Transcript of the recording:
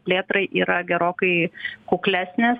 plėtrai yra gerokai kuklesnės